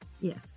Yes